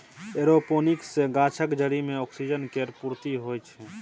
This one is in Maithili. एरोपोनिक्स सँ गाछक जरि मे ऑक्सीजन केर पूर्ती होइ छै